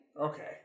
Okay